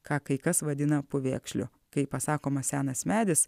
ką kai kas vadina pūvėkšliu kai pasakomas senas medis